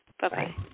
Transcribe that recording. Bye-bye